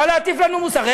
בא להטיף לנו מוסר.